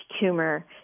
tumor